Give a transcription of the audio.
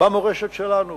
במורשת שלנו.